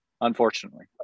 unfortunately